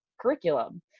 curriculum